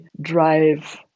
drive